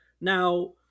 Now